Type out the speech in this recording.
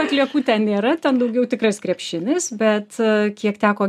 atliekų ten nėra ten daugiau tikras krepšinis bet kiek teko